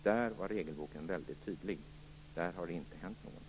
Där var regelboken väldigt tydlig. Men där har det inte hänt någonting.